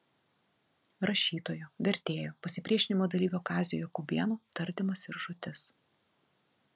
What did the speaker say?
rašytojo vertėjo pasipriešinimo dalyvio kazio jakubėno tardymas ir žūtis